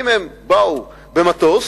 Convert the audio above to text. אם הם באו במטוס